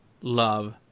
love